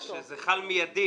לא, שזה חל מידי.